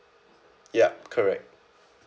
yup correct